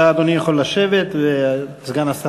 סליחה,